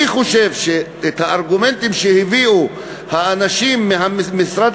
אני חושב שהארגומנטים שהביאו האנשים ממשרד